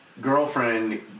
girlfriend